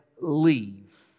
leave